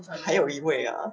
还有一位 ah